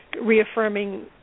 reaffirming